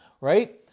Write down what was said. right